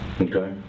Okay